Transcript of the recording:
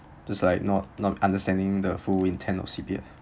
just like not not understanding the full intent of C_P_F